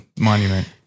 monument